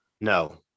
no